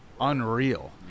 unreal